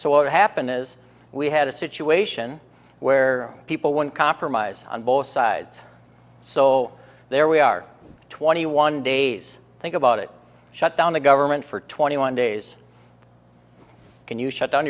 what happened is we had a situation where people want compromise on both sides so there we are twenty one days think about it shut down the government for twenty one days can you shut down